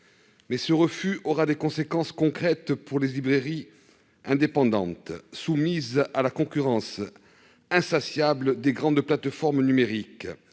Ce refus aura des conséquences concrètes pour les librairies indépendantes, soumises à la concurrence insatiable des grandes plateformes numériques,